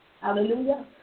Hallelujah